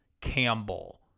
Campbell